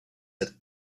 that